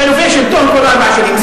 חילופי שלטון כל ארבע שנים.